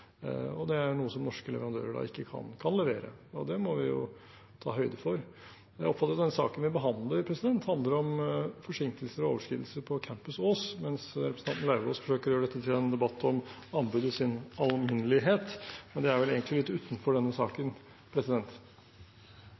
Det er noe som norske leverandører ikke kan levere, og det må vi jo ta høyde for. Jeg oppfatter at den saken vi behandler nå, handler om forsinkelser og overskridelser på Campus Ås, mens representanten Lauvås forsøker å gjøre dette til en debatt om anbud i sin alminnelighet. Men det er vel egentlig litt utenfor denne saken.